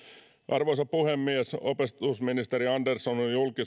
arvoisa puhemies opetusministeri andersson on